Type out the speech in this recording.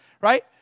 right